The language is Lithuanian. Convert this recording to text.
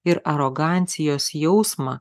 ir arogancijos jausmą